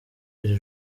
iri